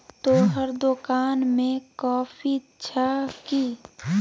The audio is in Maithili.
तोहर दोकान मे कॉफी छह कि?